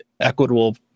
equitable